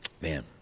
man